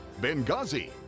Benghazi